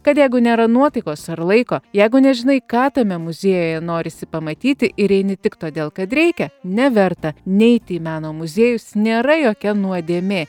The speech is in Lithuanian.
kad jeigu nėra nuotaikos ar laiko jeigu nežinai ką tame muziejuje norisi pamatyti ir eini tik todėl kad reikia neverta neiti į meno muziejus nėra jokia nuodėmė